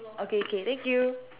okay okay thank you